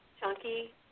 chunky